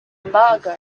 embargo